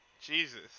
Jesus